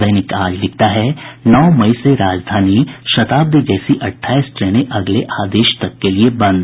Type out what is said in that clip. दैनिक आज लिखता है नौ मई से राजधानी शताब्दी जैसी अट्ठाईस ट्रेने अगले आदेश तक के लिए बंद